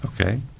Okay